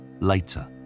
later